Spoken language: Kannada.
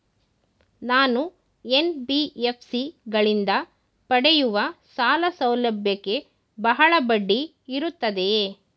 ನಾನು ಎನ್.ಬಿ.ಎಫ್.ಸಿ ಗಳಿಂದ ಪಡೆಯುವ ಸಾಲ ಸೌಲಭ್ಯಕ್ಕೆ ಬಹಳ ಬಡ್ಡಿ ಇರುತ್ತದೆಯೇ?